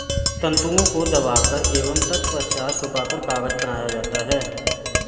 तन्तुओं को दबाकर एवं तत्पश्चात सुखाकर कागज बनाया जाता है